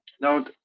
Now